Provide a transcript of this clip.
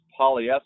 polyester